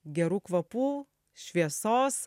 gerų kvapų šviesos